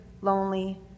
lonely